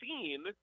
seen